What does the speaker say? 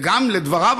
ולדבריו,